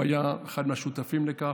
הוא היה אחד מהשותפים לכך.